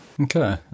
Okay